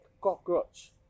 cockroach